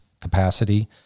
capacity